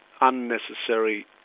unnecessary